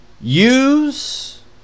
use